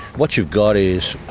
what you've got is